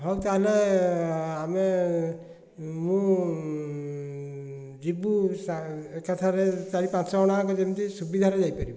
ହେଉ ତାହେଲେ ଆମେ ମୁଁ ଯିବୁ ଏକାଥରେ ଚାରି ପାଞ୍ଚ ଜଣଯାକ ଯେମିତି ସୁବିଧାରେ ଯାଇପାରିବୁ